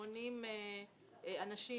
80 אנשים